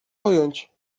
pojąć